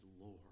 Lord